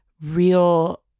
real